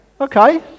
okay